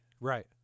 Right